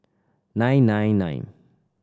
nine nine nine